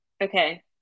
Okay